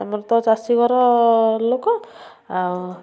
ଆମର ତ ଚାଷୀ ଘର ଲୋକ ଆଉ